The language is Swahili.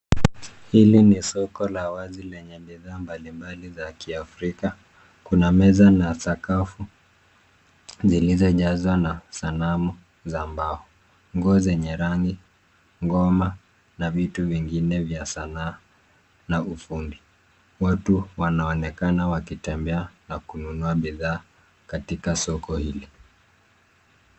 Hili ni soko la wazi lenye bidhaa mbali mbali za kiafrika. Kuna meza na sakafu zilizojazwa na sanamu za mbao. Nguo zenye rangi, ngoma na vitu vingine vya sanaa na ufundi. Watu wanaonekana wakitembea na kununua bidhaa katika soko hili.